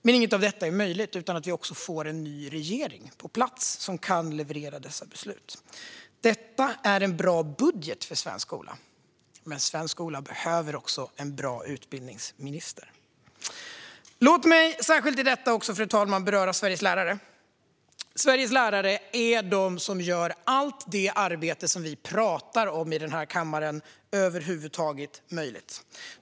Men inget av detta är möjligt utan att vi får en ny regering på plats som kan leverera dessa beslut. Detta är en bra budget för svensk skola, men svensk skola behöver också en bra utbildningsminister. Låt mig särskilt, fru talman, beröra Sveriges lärare. Sveriges lärare är de som gör allt det arbete som vi talar om i den här kammaren över huvud taget möjligt.